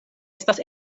estas